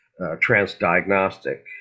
transdiagnostic